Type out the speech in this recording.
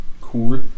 cool